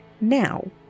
now